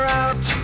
out